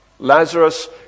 Lazarus